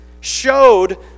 showed